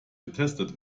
getestet